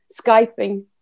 Skyping